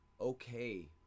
okay